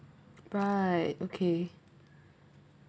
right okay